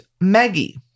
Maggie